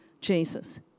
Jesus